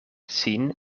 sin